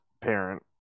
parent